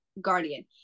guardian